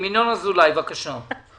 ינון אזולאי, בבקשה.